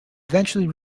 eventually